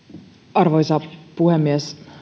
arvoisa puhemies